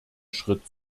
schritt